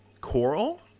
coral